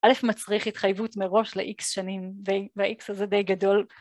א' מצריך התחייבות מראש לאיקס שנים והאיקס הזה די גדול